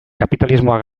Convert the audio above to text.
kapitalismoa